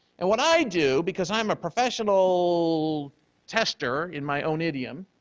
and what i do, because i am ah professional tester in my own idiom,